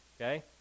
Okay